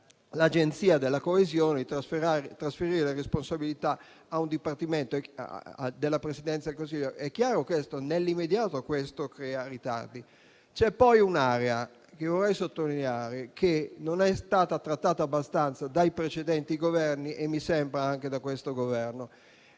territoriale e di trasferirne le responsabilità a un Dipartimento della Presidenza del Consiglio. È chiaro che questo nell'immediato crea dei ritardi. C'è poi un'area che - vorrei sottolineare - non è stata trattata abbastanza dai precedenti Governi e mi sembra neanche da questo Governo